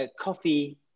coffee